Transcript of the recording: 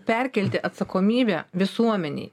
perkelti atsakomybę visuomenei